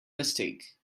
mistake